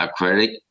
acrylic